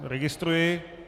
Registruji.